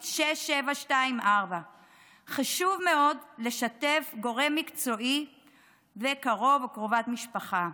6724*. חשוב מאוד לשתף גורם מקצועי וקרוב או קרובת משפחה.